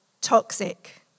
toxic